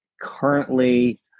currently